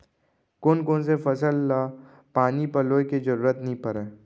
कोन कोन से फसल ला पानी पलोय के जरूरत नई परय?